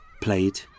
played